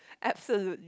absolutely